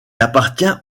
appartient